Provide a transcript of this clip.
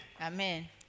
Amen